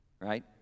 right